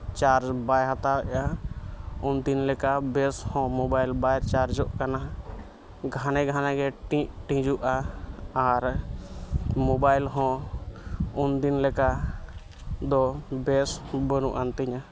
charge ᱵᱟᱭ ᱦᱟᱛᱟᱣᱮᱫᱟ ᱩᱱ ᱫᱤᱱ ᱞᱮᱠᱟ ᱵᱮᱥ ᱦᱚᱸ ᱢᱳᱵᱟᱭᱤᱞ ᱦᱚᱸ ᱵᱟᱭ ᱪᱟᱨᱡᱚᱜ ᱠᱟᱱᱟ ᱜᱷᱟᱱᱮ ᱜᱷᱟᱱᱮ ᱜᱮ ᱴᱤᱡ ᱴᱤᱡᱚᱜᱼᱟ ᱟᱨ ᱢᱳᱵᱟᱭᱤᱞ ᱦᱚᱸ ᱩᱱ ᱫᱤᱱ ᱞᱮᱠᱟ ᱫᱚ ᱵᱮᱥ ᱵᱟᱹᱱᱩᱜ ᱟᱱ ᱛᱤᱧᱟᱹ